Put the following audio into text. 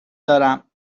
دارم